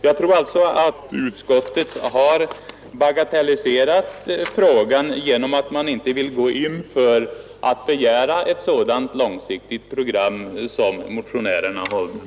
Jag tror alltså att utskottet har bagatelliserat frågan när man inte vill begära det långsiktiga program som motionärerna föreslagit.